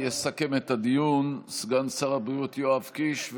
יסכם את הדיון סגן שר הבריאות יואב קיש,